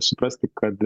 suprasti kad nu